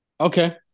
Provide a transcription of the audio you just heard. okay